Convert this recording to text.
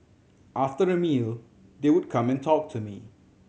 after a meal they would come and talk to me